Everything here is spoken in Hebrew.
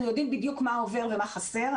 אנחנו יודעים בדיוק מה עובר ומה חסר.